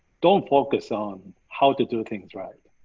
don't focus on how to do things right.